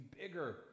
bigger